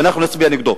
ואנחנו נצביע נגדו.